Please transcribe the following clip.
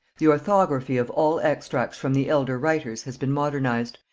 the orthography of all extracts from the elder writers has been modernized,